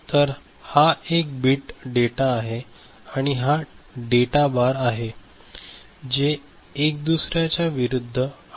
तर हा 1 bit data आहे आणि हा डेटा बार आहेजे एक दुसर्याच्या विरुद्ध आहे